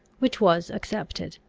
which was accepted.